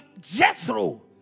Jethro